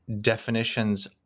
definitions